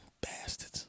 Bastards